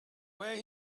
where